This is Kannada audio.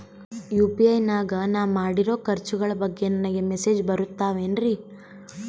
ಯು.ಪಿ.ಐ ನಾಗ ನಾನು ಮಾಡಿರೋ ಖರ್ಚುಗಳ ಬಗ್ಗೆ ನನಗೆ ಮೆಸೇಜ್ ಬರುತ್ತಾವೇನ್ರಿ?